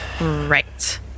Right